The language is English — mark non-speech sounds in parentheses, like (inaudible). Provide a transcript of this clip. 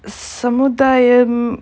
(noise) சமுதாயம்:samuthayam